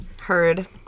Heard